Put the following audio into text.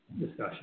discussion